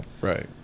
Right